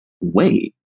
wait